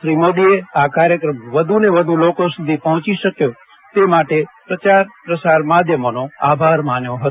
શ્રી મોદીએ આ કાર્યક્રમ વધુ ને વધુ લોકો સુધી પહોંચી શકયો તે માટે પ્રસાર માધ્યમોનો આભાર માન્યો હતો